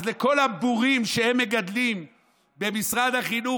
אז לכל הבורים שהם מגדלים במשרד החינוך,